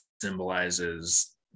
symbolizes